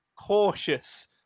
cautious